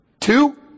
Two